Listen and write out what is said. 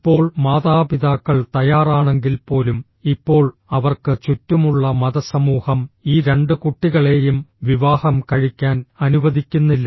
ഇപ്പോൾ മാതാപിതാക്കൾ തയ്യാറാണെങ്കിൽപ്പോലും ഇപ്പോൾ അവർക്ക് ചുറ്റുമുള്ള മതസമൂഹം ഈ രണ്ട് കുട്ടികളെയും വിവാഹം കഴിക്കാൻ അനുവദിക്കുന്നില്ല